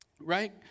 right